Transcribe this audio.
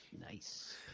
Nice